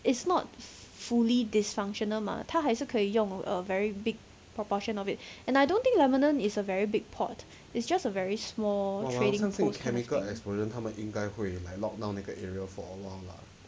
it's not fully dysfunctional 吗他还是可以用 a very big proportion of it and I don't think lebanon is a very big port it's just a very small trading on food